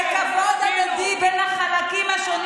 מתוך הבנה שכבוד הדדי בין החלקים השונים